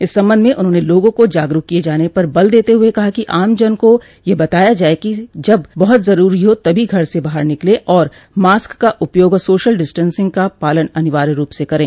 इस संबंध में उन्होंने लोगों को जागरूक किये जाने पर बल देते हुए कहा कि आमजन को यह बताया जाये कि जब बहुत जरूरी हो तभी घर से बाहर निकल और मास्क का उपयोग और सोशल डिस्टेंसिंग का पालन अनिवार्य रूप से करे